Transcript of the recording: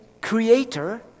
creator